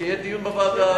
שיהיה דיון בוועדה.